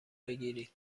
بگیرید